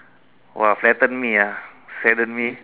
!wah! flatten me ah sadden me